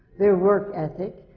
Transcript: their work ethic,